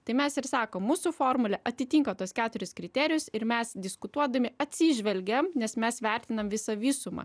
tai mes ir sakom mūsų formulė atitinka tuos keturis kriterijus ir mes diskutuodami atsižvelgiam nes mes vertinam visą visumą